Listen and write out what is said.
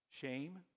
shame